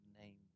name